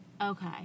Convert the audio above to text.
Okay